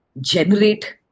generate